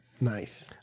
Nice